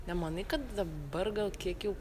nemanai kad dabar gal kiek jau